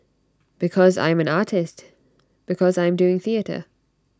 because I am an artist because I am doing theatre